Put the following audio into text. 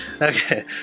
Okay